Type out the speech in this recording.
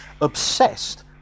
obsessed